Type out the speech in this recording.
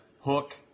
hook